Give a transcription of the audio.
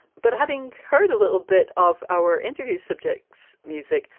but having heard a little bit of our interview subjects music,